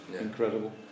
incredible